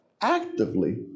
actively